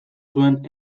zuen